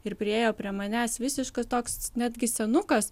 ir priėjo prie manęs visiškas toks netgi senukas